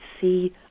see